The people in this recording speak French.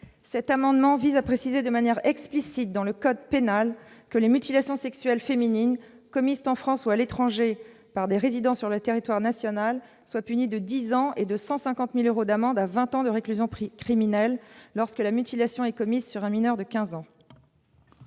Cet amendement vise à préciser de manière explicite dans le code pénal que les mutilations sexuelles féminines, commises en France ou à l'étranger, par des résidents sur le territoire national, seront punies de dix ans de réclusion criminelle et de 150 000 euros d'amende, et jusqu'à vingt ans de réclusion criminelle lorsque la mutilation est commise sur un mineur de quinze